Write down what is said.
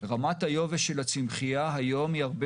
רמת היובש של הצמחייה היום היא הרבה